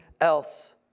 else